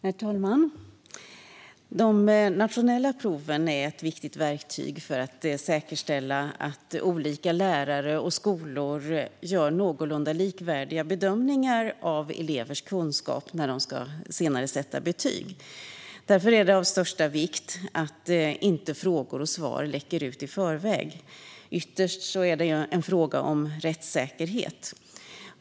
Herr talman! De nationella proven är ett viktigt verktyg för att säkerställa att olika lärare och skolor gör någorlunda likvärdiga bedömningar av elevers kunskaper när de senare ska sätta betyg. Därför är det av största vikt att frågor och svar inte läcker ut i förväg. Det är ytterst en fråga om rättssäkerhet.